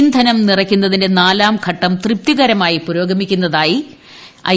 ഇന്ധനം നിറയ്ക്കുന്നതിന്റെ നാലാംഘട്ടം തൃപ്തികരമായി പുരോഗമിക്കുന്നതായി ഐ